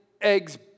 Eggs